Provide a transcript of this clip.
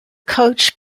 coached